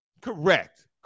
Correct